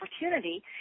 opportunity